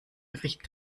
gericht